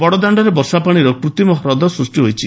ବଡଦାଶ୍ତରେ ବର୍ଷାପାଣିର କୃତିମ ହ୍ରଦ ସୃଷ୍ଟି ହୋଇଛି